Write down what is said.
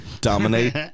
dominate